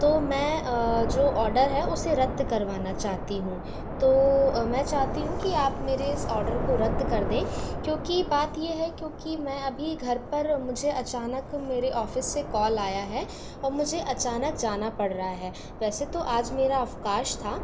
तो मैं जो ऑर्डर है उसे रद्द करवाना चाहती हूँ तो मैं चाहती हूँ कि आप मेरे इस ऑर्डर को रद्द कर दें क्योंकि बात यह है क्योंकि मैं अभी घर पर मुझे अचानक मेरे ऑफ़िस से कॉल आया है और मुझे अचानक जाना पड़ रहा है वैसे तो आज मेरा अवकाश था